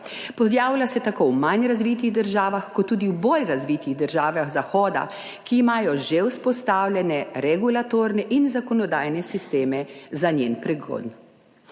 Pojavlja se tako v manj razvitih državah kot tudi v bolj razvitih državah zahoda, ki imajo že vzpostavljene regulatorne in zakonodajne sisteme za njen pregon.